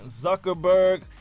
zuckerberg